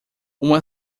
uma